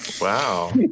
Wow